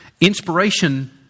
Inspiration